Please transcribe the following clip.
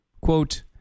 quote